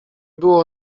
było